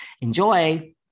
enjoy